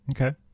Okay